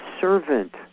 servant